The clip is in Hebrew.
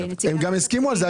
הם הסכימו לזה.